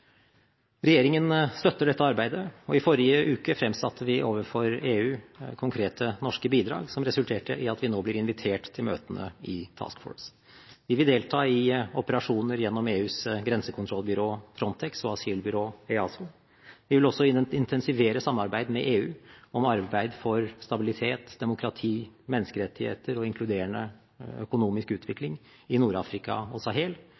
Regjeringen støtter dette arbeidet, og i forrige uke fremsatte vi overfor EU konkrete norske bidrag som resulterte i at vi nå blir invitert til møtene i Task Force. Vi vil delta i operasjoner gjennom EUs grensekontrollbyrå, FRONTEX, og asylbyrå, EASO. Vi vil også intensivere samarbeidet med EU om arbeid for stabilitet, demokrati, menneskerettigheter og inkluderende økonomisk utvikling i Nord-Afrika og Sahel